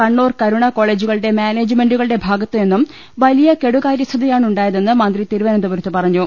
കണ്ണൂർ കരുണ കോളജുകളുടെ മാനേജ്മെന്റുകളുടെ ഭാഗത്ത് നിന്നും വലിയ കെടുകാര്യസ്ഥതയാണ് ഉണ്ടായതെന്ന് മന്ത്രി തിരുവനന്തപുരത്ത് പറഞ്ഞു